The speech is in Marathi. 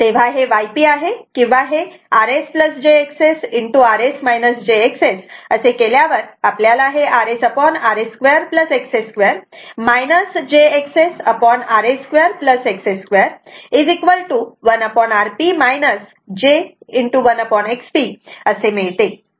तेव्हा हे YP आहे किंवा हे rs jXS असे केल्यावर आपल्याला हे rs rs 2 XS 2 jXSrs2 XS 2 1Rp j 1XP असे मिळते